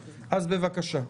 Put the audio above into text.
בבקשה.